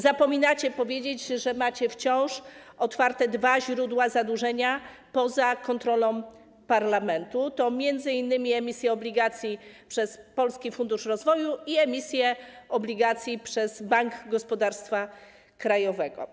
Zapominacie powiedzieć, że macie wciąż otwarte dwa źródła zadłużenia poza kontrolą parlamentu, to m.in. emisje obligacji przez Polski Fundusz Rozwoju i emisje obligacji przez Bank Gospodarstwa Krajowego.